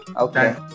Okay